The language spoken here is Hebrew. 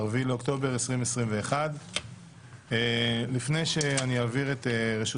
ה-4 באוקטובר 2021. לפני שאני אעביר את רשות